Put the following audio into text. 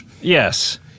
Yes